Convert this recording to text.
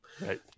Right